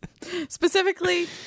Specifically